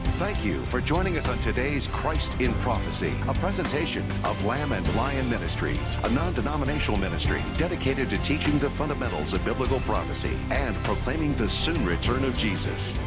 thank you for joining us on today's christ in prophecy, a presentation of lamb and lion ministries, a non-denominational ministry dedicated to teaching the fundamentals of biblical prophecy and proclaiming the soon return of jesus.